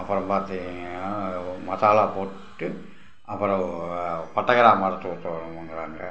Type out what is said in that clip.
அப்புறம் பார்த்தீட்டிங்கன்னா அதுக்கு அப்புறம் மசாலா போட்டுகிட்டு அப்புறம் பட்டை கிராம்பு அரைத்து ஊற்றணும்ங்குறாங்க